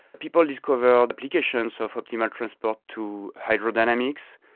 people discovered applications of optimal transport to hydrodynamics,